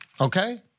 okay